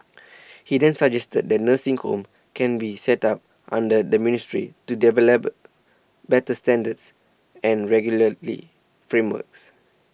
he then suggested that nursing homes can be set up under the ministry to develop better standards and regularly frameworks